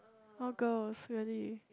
all girls really